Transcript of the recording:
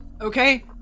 Okay